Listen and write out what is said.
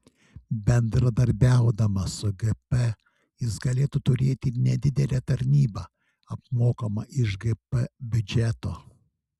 bendradarbiaudamas su gp jis galėtų turėti ir nedidelę tarnybą apmokamą iš gp biudžeto